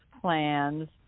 plans